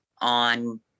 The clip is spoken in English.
on